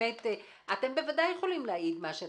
אתם ודאי יכולים להעיד מהשטח,